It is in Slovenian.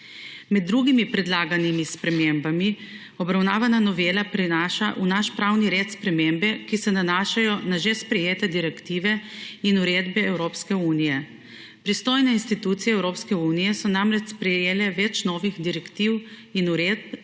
Med drugimi predlaganimi spremembami obravnavana novela prinaša v naš pravni red spremembe, ki se nanašajo na že sprejete direktive in uredbe Evropske unije. Pristojne institucije Evropske unije so namreč sprejele več novih direktiv in uredb,